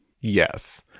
yes